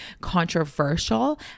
controversial